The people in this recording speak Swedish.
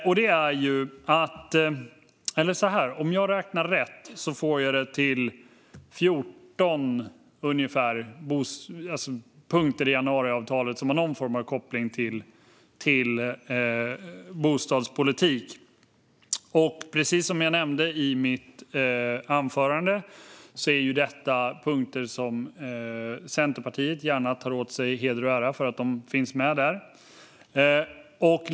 Om jag räknar rätt får jag det till ungefär 14 punkter i januariavtalet som har någon form av koppling till bostadspolitik. Precis som jag nämnde i mitt anförande är detta punkter som Centerpartiet gärna tar åt sig heder och ära för.